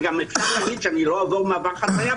וגם אפשר להגיד שאני לא אעבור במעבר חציה,